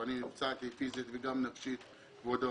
נפצעתי פיזית וגם נפשית, כבודו.